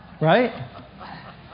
Right